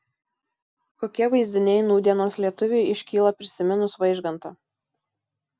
kokie vaizdiniai nūdienos lietuviui iškyla prisiminus vaižgantą